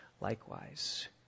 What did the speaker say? likewise